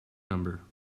number